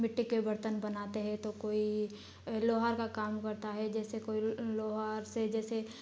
मिट्टी के बर्तन बनाते हैं तो कोई लोहार का काम करता है जैसे कोई लोहार से जैसे